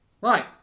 Right